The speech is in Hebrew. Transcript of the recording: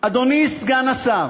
אדוני סגן השר,